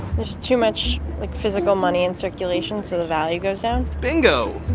there's too much like physical money in circulation so the value goes down. bingo!